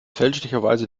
fälschlicherweise